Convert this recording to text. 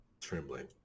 trembling